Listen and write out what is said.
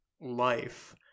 life